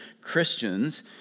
Christians